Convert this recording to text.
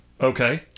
Okay